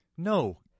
No